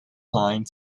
line